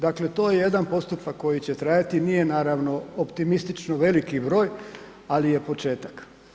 Dakle to je jedan postupak koji će trajati, nije naravno optimistično veliki broj ali je početak.